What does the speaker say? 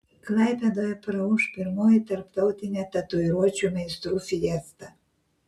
klaipėdoje praūš pirmoji tarptautinė tatuiruočių meistrų fiesta